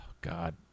God